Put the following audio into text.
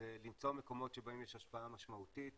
זה למצוא מקומות שבהם יש השפעה משמעותית,